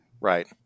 Right